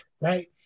right